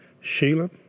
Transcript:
Sheila